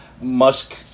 Musk